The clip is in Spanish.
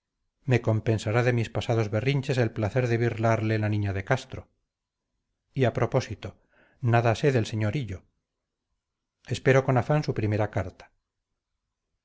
me compensará de mis pasados berrinches el placer de birlarle la niña de castro y a propósito nada sé del señor hillo espero con afán su primera carta